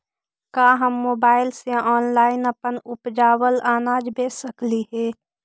का हम मोबाईल से ऑनलाइन अपन उपजावल अनाज बेच सकली हे?